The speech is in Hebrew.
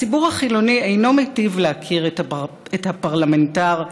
הציבור החילוני אינו מיטיב להכיר את הפרלמנטר הערכי,